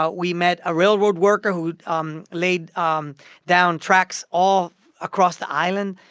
but we met a railroad worker who um laid um down tracks all across the island.